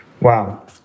Wow